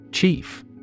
Chief